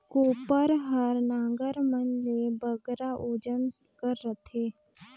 कोपर हर नांगर मन ले बगरा ओजन कर रहथे